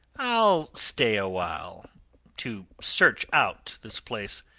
i'll stay awhile to search out this place.